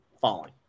falling